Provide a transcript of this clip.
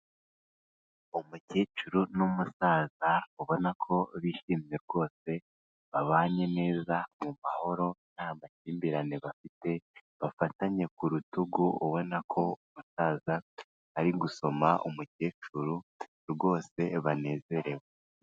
Umukecuru n'umusaza ubona ko bishimye rwose, babanye neza mu mahoro, nta makimbirane bafite, bafatanye ku rutugu ubona ko umusaza ari gusoma umukecuru, rwose banezerewe.